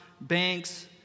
banks